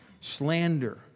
Slander